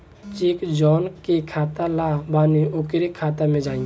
check जौना के खाता ला बनी ओकरे खाता मे जाई